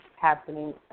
happening